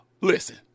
Listen